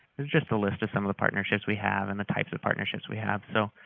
it's just a list of some of the partnerships we have and the types of partnerships we have. so,